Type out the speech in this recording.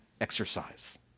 exercise